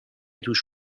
توش